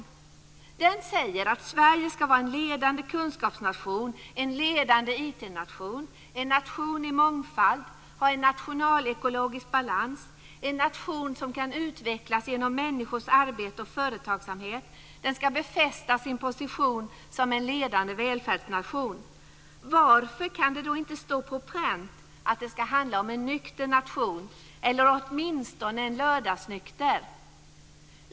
Regeringsförklaringen säger att Sverige ska vara en ledande kunskapsnation, en ledande IT-nation och en nation i mångfald, ska ha en nationalekologisk balans, ska vara en nation som kan utvecklas genom människors arbete och företagsamhet och ska befästa sin position som en ledande välfärdsnation. Varför kan det då inte stå på pränt att det ska handla om en nykter nation, eller åtminstone en lördagsnykter.